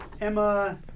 Emma